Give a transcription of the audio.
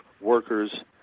workers